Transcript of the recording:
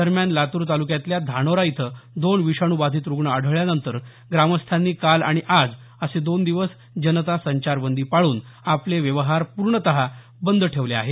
दरम्यान लातूर तालुक्यातल्या धानोरा इथं दोन विषाणू बाधित रुग्ण आढळल्यानंतर ग्रामस्थांनी काल आणि आज असे दोन दिवस जनता संचारबंदी पाळून आपले व्यवहार पूर्णतः बंद ठेवले आहेत